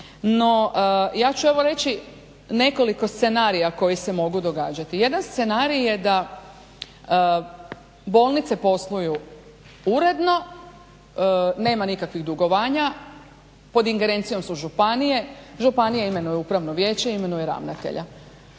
ja ću evo reći nekoliko scenarija koji se mogu događati. Jedan scenarij je da bolnice posluju uredno, nema nikakvih dugovanja, pod ingerencijom su županije, županije imenuju upravno vijeće, imenuje ravnatelja.